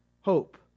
Hope